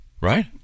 right